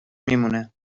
میمونه